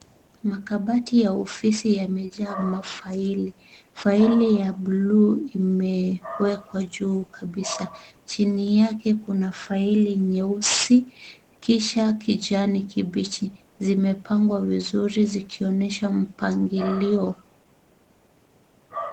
Makabati ya ofisi yamejaa faili. Faili ya buluu imewekwa juu kabisa. Chini yake kuna faili nyeusi, kisha kijani kibichi. Zimepangwa vizuri zikionyesha mpangilio.